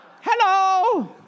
Hello